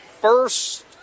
first